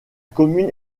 commune